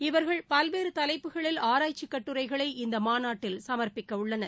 இவர்கள் பல்வேறு தலைப்புகளில் ஆராய்ச்சி கட்டுரைகளை இந்த மாநாட்டில் சமா்ப்பிக்கவுள்ளனர்